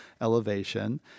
elevation